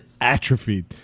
Atrophied